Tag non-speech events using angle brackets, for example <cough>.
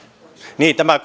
niin tämä <unintelligible>